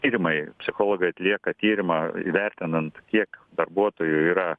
tyrimai psichologai atlieka tyrimą įvertinant kiek darbuotojų yra